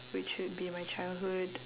which would be my childhood